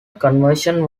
conversion